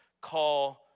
call